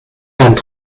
deinen